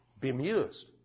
bemused